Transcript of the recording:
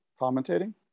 commentating